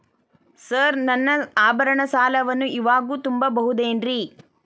Sir ನನ್ನ ಆಭರಣ ಸಾಲವನ್ನು ಇವಾಗು ತುಂಬ ಬಹುದೇನ್ರಿ?